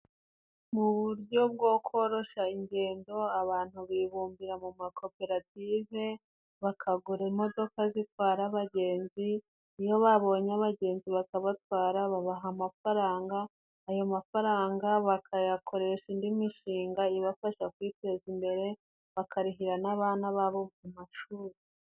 Mu buryo bwo korosha ingendo, abantu bibumbira mu makoperative bakagura imodoka zitwara abagenzi. Iyo babonye abagenzi bakabatwara babaha amafaranga, ayo mafaranga bakayakoresha indi mishinga ibafasha kwiteza imbere, bakarihira n'abana babo mu mashuri.